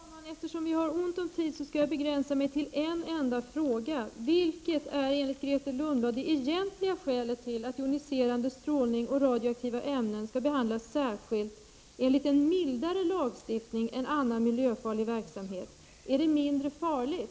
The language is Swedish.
Fru talman! Eftersom vi har ont om tid skall jag begränsa mig till en enda fråga: Vad är enligt Grethe Lundblad det egentliga skälet till att joniserande strålning och radioaktiva ämnen skall behandlas särskilt, enligt en mildare lagstiftning än annan miljöfarlig verksamhet? Är de mindre farliga?